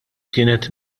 kienet